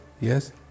yes